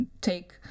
take